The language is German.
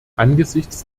angesichts